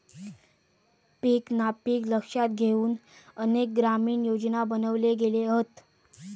पीक नापिकी लक्षात घेउन अनेक ग्रामीण योजना बनवले गेले हत